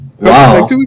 Wow